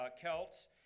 Celts